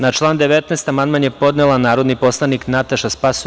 Na član 19. amandman je podnela narodni poslanik Nataša Sp.